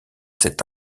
cet